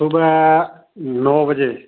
ਸੂਬਹੇ ਨੌ ਵਜ੍ਹੇ